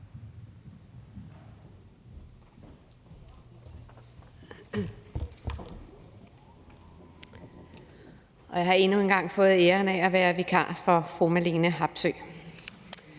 Jeg har endnu en gang fået æren af at være vikar for fru Marlene Harpsøe.